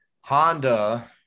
Honda